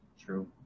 true